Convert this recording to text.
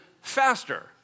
Faster